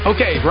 Okay